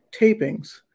tapings